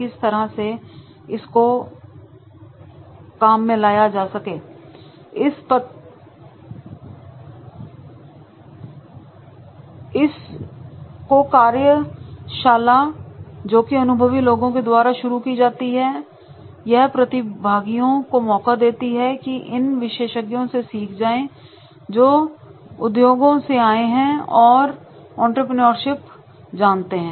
इस पत्रकार की कार्यशाला ए जोकि अनुभवी लोगों के द्वारा शुरू की जाती हैं यह प्रतिभागियों को मौका देती हैं कि यह इन विशेषज्ञों से सीख जाएं जो सीता उद्योगों से आए हैं और एंटरप्रेन्योरशिप जानते हैं